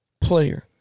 player